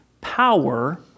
power